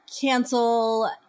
cancel